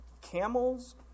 camels